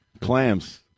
Clams